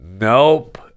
Nope